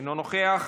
אינו נוכח.